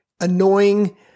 annoying